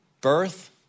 birth